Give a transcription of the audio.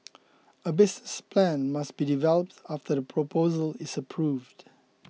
a business plan must be developed after the proposal is approved